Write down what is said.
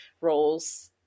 roles